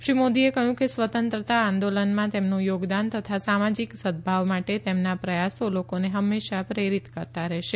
શ્રી મોદીએ કહ્યું કે સ્વતંત્રતા આંદોલનમાં તેમનું યોગદાન તથા સામાજિક સદભાવ માતે તેમના પ્રયાસો લોકોને હંમેશા પ્રેરિત કરતા રહેશે